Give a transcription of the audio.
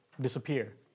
disappear